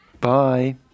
Bye